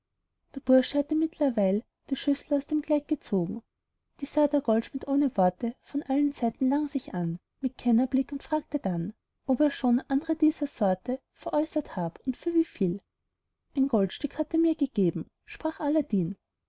der bursche hatte mittlerweil die schüssel aus dem kleid gezogen die sah der goldschmied ohne worte von allen seiten lang sich an mit kennerblick und fragte dann ob er schon andre dieser sorte veräußert hab und für wieviel ein goldstück hat er mir gegeben sprach aladdin